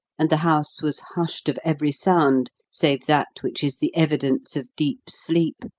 and the house was hushed of every sound save that which is the evidence of deep sleep,